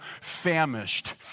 famished